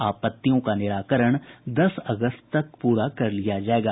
आपत्तियों का निराकरण दस अगस्त तक प्ररा कर लिया जायेगा